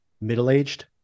middle-aged